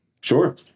Sure